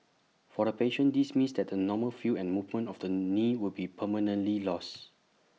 for the patient this means that the normal feel and movement of the knee will be permanently lost